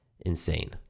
insane